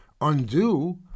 undo